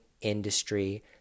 industry